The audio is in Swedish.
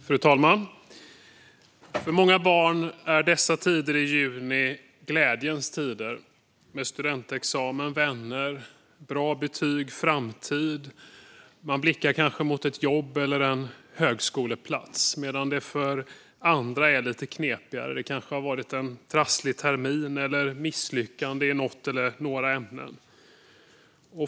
Fru talman! För många barn är dessa tider i juni, med studentexamen, vänner, bra betyg och framtid, glädjens tider. Man blickar kanske mot ett jobb eller en högskoleplats. Men för andra är det lite knepigare. Det har kanske varit en trasslig termin eller misslyckande i något eller några ämnen.